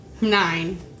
Nine